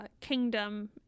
kingdom